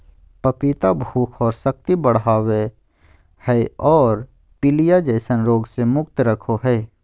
पपीता भूख और शक्ति बढ़ाबो हइ और पीलिया जैसन रोग से मुक्त रखो हइ